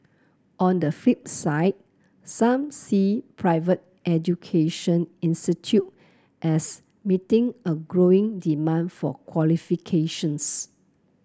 on the flip side some see private education as meeting a growing demand for qualifications